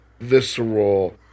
visceral